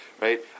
right